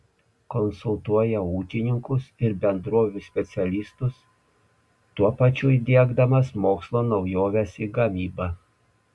konsultuoja ūkininkus ir bendrovių specialistus tuo pačiu įdiegdamas mokslo naujoves į gamybą